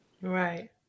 Right